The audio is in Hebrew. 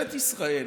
וממשלת ישראל